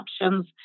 options